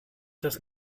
das